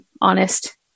honest